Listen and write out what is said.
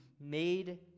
made